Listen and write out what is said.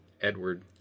Edward